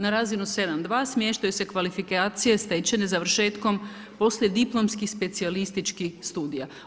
Na razinu 7.2. smještaju se kvalifikacije stečene završetkom poslijediplomskih specijalističkih studija.